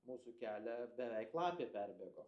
mūsų kelią beveik lapė perbėgo